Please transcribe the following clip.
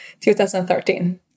2013